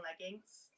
leggings